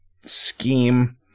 scheme